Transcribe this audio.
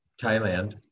Thailand